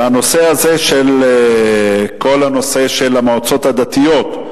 והנושא הזה של המועצות הדתיות,